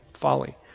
folly